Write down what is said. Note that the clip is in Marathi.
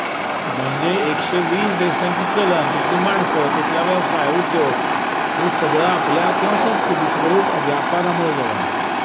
म्हणजे एकशे वीस देशांचं चलन तिथली माणसं तिथला व्यवसाय उद्योग हे सगळं आपल्या किंवा संस्कृती सगळं व्यापारामुळं जवळ आलं